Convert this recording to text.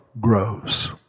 grows